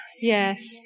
Yes